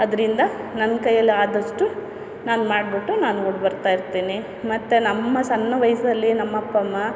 ಅದರಿಂದ ನನ್ನ ಕೈಯ್ಯಲ್ಲಿ ಆದಷ್ಟು ನಾನು ಮಾಡಿಬಿಟ್ಟು ನಾನು ಹೋಗಿ ಬರ್ತಾಯಿರ್ತೀನಿ ಮತ್ತೆ ನಮ್ಮ ಸಣ್ಣ ವಯಸ್ಸಲ್ಲಿ ನಮ್ಮ ಅಪ್ಪ ಅಮ್ಮ